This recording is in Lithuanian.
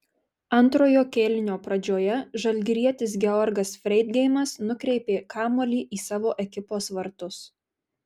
antrojo kėlinio pradžioje žalgirietis georgas freidgeimas nukreipė kamuolį į savo ekipos vartus